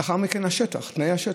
לאחר מכן, תנאי שטח.